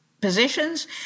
positions